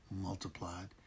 multiplied